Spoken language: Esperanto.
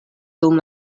dum